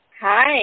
Hi